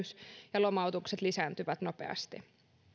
ja lomautukset lisääntyvät nopeasti